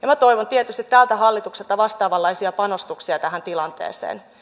minä toivon tietysti tältä hallitukselta vastaavanlaisia panostuksia tähän tilanteeseen